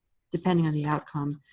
depending on the outcome,